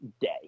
day